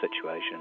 situation